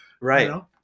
Right